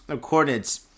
coordinates